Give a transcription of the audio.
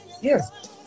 yes